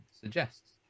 suggests